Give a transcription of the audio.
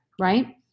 right